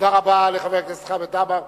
תודה רבה לחבר הכנסת חמד עמאר.